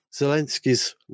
Zelensky's